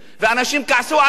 ואנשים כעסו עליו.